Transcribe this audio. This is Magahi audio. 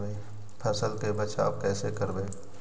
फसल के बचाब कैसे करबय?